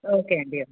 okay అండి